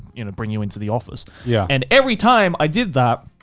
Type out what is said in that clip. you know, bring you into the office. yeah and every time i did that,